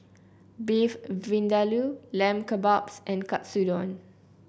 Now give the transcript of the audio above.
Beef Vindaloo Lamb Kebabs and Katsudon